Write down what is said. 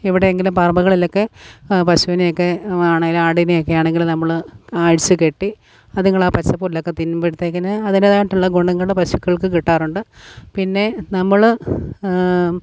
എവിടെയെങ്കിലും പറമ്പുകളിലൊക്കെ പശുവിനൊക്കെ ആണേലും ആടിനെയൊക്കെ ആണെങ്കിലും നമ്മള് അഴിച്ചു കെട്ടി അതുങ്ങളാ പച്ചപ്പുല്ല് ഒക്കെ തിന്നുമ്പഴത്തേയ്ക്കിന് അതിൻറ്റേതായിട്ടുള്ള ഗുണങ്ങള് പശുക്കൾക്ക് കിട്ടാറുണ്ട് പിന്നെ നമ്മള്